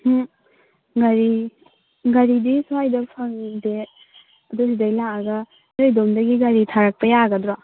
ꯃꯔꯤ ꯒꯥꯔꯤꯗꯤ ꯁ꯭ꯋꯥꯏꯗ ꯐꯪꯗꯦ ꯑꯗꯨꯕꯨꯗꯤ ꯑꯩ ꯂꯥꯛꯑꯒ ꯅꯣꯏ ꯑꯗꯣꯝꯗꯒꯤ ꯒꯥꯔꯤ ꯊꯥꯔꯛꯄ ꯌꯥꯒꯗ꯭ꯔꯣ